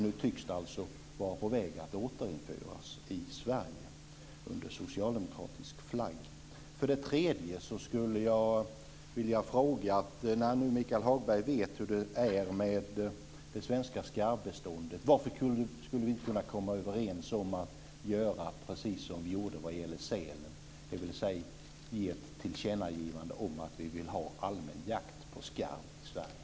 Nu tycks det vara på väg att under socialdemokratisk flagg återinföras i För det tredje: När nu Michael Hagberg vet hur det är med det svenska skarvbeståndet, varför kan vi inte komma överens om att göra som vi gjorde med sälen, dvs. ge ett tillkännagivande om allmän jakt på skarv i Sverige?